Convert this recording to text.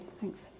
Thanks